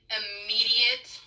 immediate